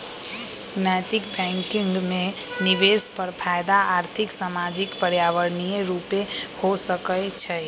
नैतिक बैंकिंग में निवेश पर फयदा आर्थिक, सामाजिक, पर्यावरणीय रूपे हो सकइ छै